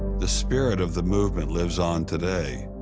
the spirit of the movement lives on today.